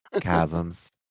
chasms